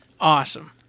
Awesome